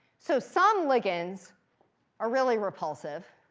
so some ligands are really repulsive.